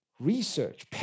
research